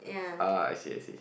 ah I see I see